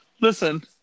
Listen